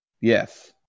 Yes